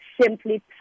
simply